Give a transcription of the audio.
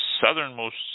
southernmost